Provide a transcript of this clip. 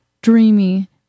Dreamy